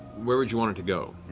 where would you want it to go?